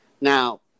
now